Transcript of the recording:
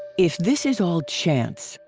if this is all chance,